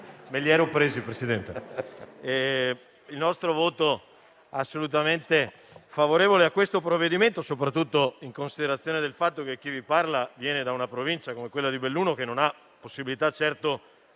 il nostro voto è assolutamente favorevole a questo provvedimento, soprattutto in considerazione del fatto che chi parla viene da una Provincia come quella di Belluno che non ha possibilità certo